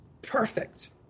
perfect